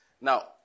Now